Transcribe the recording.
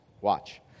Watch